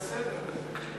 לפי הסדר.